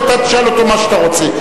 ואתה תשאל אותו מה שאתה רוצה.